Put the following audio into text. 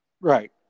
Right